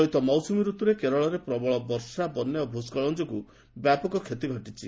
ଚଳିତ ମୌସୁମୀ ଋତୁରେ କେରଳରେ ପ୍ରବଳ ବର୍ଷା ବନ୍ୟା ଓ ଭୂସ୍କଳନ ଯୋଗୁଁ ସେଠାରେ ବ୍ୟାପକ କ୍ଷତି ଘଟିଛି